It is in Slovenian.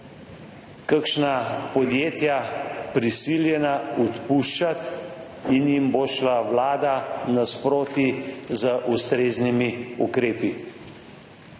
kakšna podjetja prisiljena odpuščati in jim bo šla Vlada nasproti z ustreznimi ukrepi.